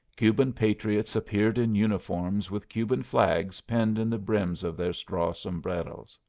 cuban patriots appeared in uniforms with cuban flags pinned in the brims of their straw sombreros.